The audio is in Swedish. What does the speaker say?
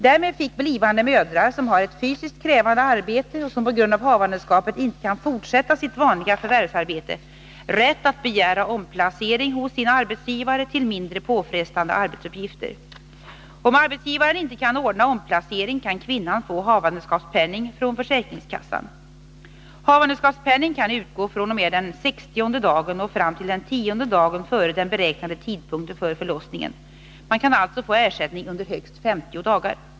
Därmed fick blivande mödrar, som har ett fysiskt krävande arbete och som på grund av havandeskapet inte kan fortsätta sitt vanliga förvärvsarbete, rätt att begära omplacering hos sin arbetsgivare till mindre påfrestande arbetsuppgifter. Om arbetsgivaren inte kan ordna omplacering kan kvinnan få havandeskapspenning från försäkringskassan. Havandeskapspenning kan utgå fr.o.m. den sextionde dagen och fram till den tionde dagen före den beräknade tidpunkten för förlossningen. Man kan alltså få ersättning under högst 50 dagar.